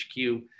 HQ